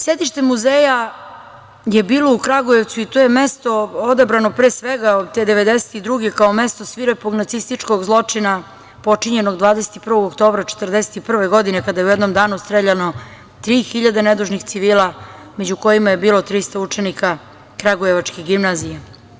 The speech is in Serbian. Sedište muzeja je bilo u Kragujevcu, i to je mesto odabrano te 1992. godine kao mesto svirepog nacističkog zločina, počinjenog 21. oktobra 1941. godine, kada je u jednom danu streljano tri hiljade nedužnih civila, među kojima je bilo 300 učenika Kragujevačke gimnazije.